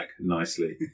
nicely